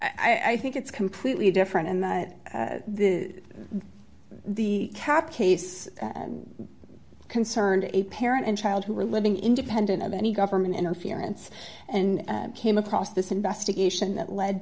guard i think it's completely different in that the cap case concerned a parent and child who were living independent of any government interference and came across this investigation that led